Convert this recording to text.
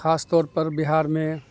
خاص طور پر بہار میں